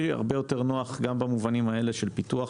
הרבה יותר נוח גם במובנים האלה של פיתוח